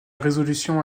résolution